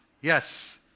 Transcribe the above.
Yes